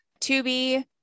tubi